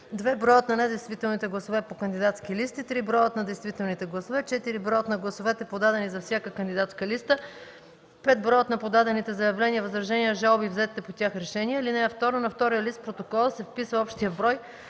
2. броят на недействителните гласове по кандидатски листи; 3. броят на действителните гласове; 4. броят на гласовете, подадени за всяка кандидатска листа; 5. броят на подадените заявления, възражения, жалби и взетите по тях решения. (2) На втория лист в протокола се вписва общият брой